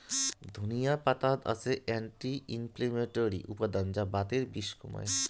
ধনিয়া পাতাত আছে অ্যান্টি ইনফ্লেমেটরি উপাদান যা বাতের বিষ কমায়